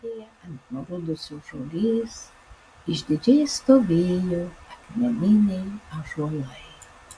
pakrantėje ant nurudusios žolės išdidžiai stovėjo akmeniniai ąžuolai